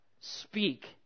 speak